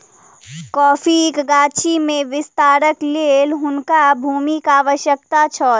कॉफ़ीक गाछी में विस्तारक लेल हुनका भूमिक आवश्यकता छल